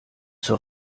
zur